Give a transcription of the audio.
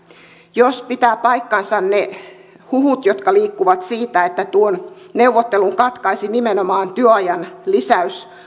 jos pitävät paikkansa ne huhut joita liikkuu siitä että tuon neuvottelun katkaisi nimenomaan työajan lisäyksen